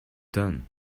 done